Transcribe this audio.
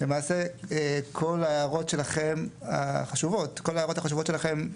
למעשה, כל ההערות החשובות שלכם,